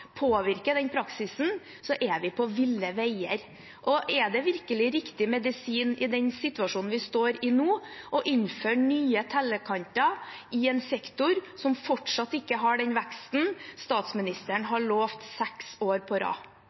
påvirker den praksisen, er vi på ville veier. Er det virkelig riktig medisin i den situasjonen vi står i nå, å innføre nye tellekanter i en sektor som fortsatt ikke har den veksten statsministeren har lovet seks år på rad?